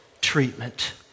treatment